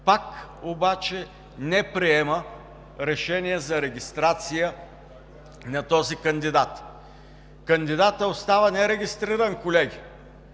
пак не приема решение за регистрация на този кандидат. Кандидатът остава нерегистриран, колеги.